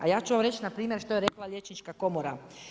A ja ću vam reći npr. što je rekla liječnička komora.